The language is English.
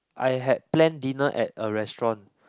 I had planned dinner at a restaurant